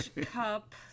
cup